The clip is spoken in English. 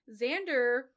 Xander